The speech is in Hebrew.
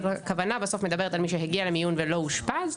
אבל הכוונה בסוף מדברת על מי שהגיע למיון ולא אושפז,